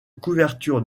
couverture